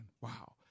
Wow